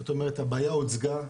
זאת אומרת הבעיה הוצגה,